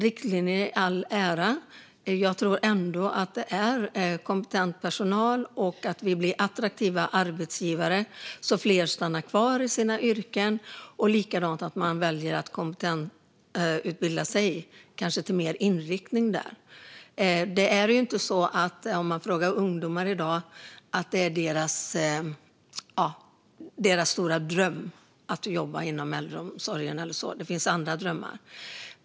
Riktlinjer i all ära - jag tror ändå att det handlar om kompetent personal och om attraktiva arbetsgivare så att fler stannar kvar i sina yrken och även väljer att kompetensutbilda sig och kanske få mer inriktning där. Om man frågar ungdomar i dag säger de inte att det är deras stora dröm att jobba inom äldreomsorgen. De har andra drömmar.